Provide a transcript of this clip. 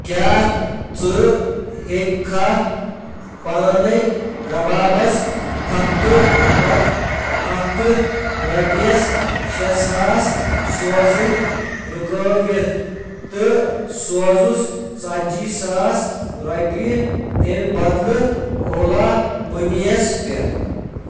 کیٛاہ ژٕ ہیٛکِکھا پانَے ربابس ہفتہٕ پتہٕ ہفتہٕ رۄپیس شےٚ ساس سوزٕنۍ رُکٲوِتھ تہٕ سوزُس ژتجی ساس رۄپیہِ تَمہِ بدلہٕ اولا مٔنی یَس پٮ۪ٹھ